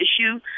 issue